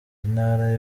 intara